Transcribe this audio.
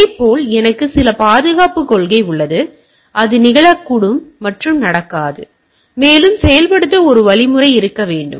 இதைப் போல எனக்கு சில பாதுகாப்புக் கொள்கை உள்ளது இது நிகழக்கூடும் மற்றும் நடக்காது மேலும் செயல்படுத்த ஒரு வழிமுறை இருக்க வேண்டும்